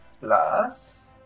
Plus